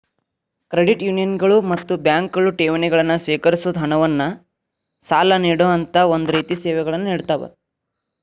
credit ಯೂನಿಯನ್ಗಳು ಮತ್ತ ಬ್ಯಾಂಕ್ಗಳು ಠೇವಣಿಗಳನ್ನ ಸ್ವೇಕರಿಸೊದ್, ಹಣವನ್ನ್ ಸಾಲ ನೇಡೊಅಂತಾ ಒಂದ ರೇತಿ ಸೇವೆಗಳನ್ನ ನೇಡತಾವ